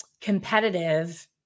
competitive